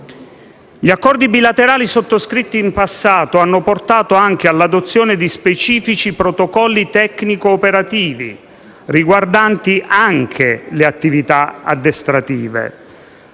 Gli accordi bilaterali sottoscritti in passato hanno portato anche all'adozione di specifici protocolli tecnico-operativi riguardanti anche le attività addestrative.